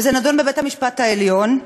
וזה נדון בבית-המשפט העליון.